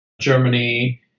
Germany